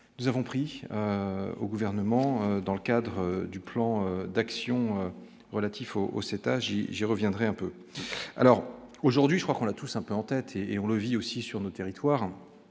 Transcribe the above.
nous avons pris au gouvernement dans le cadre du plan d'action relatifs au au CETA j', j'y reviendrai un peu alors aujourd'hui je crois qu'on a tout simplement entêté et on le vit aussi sur notre territoire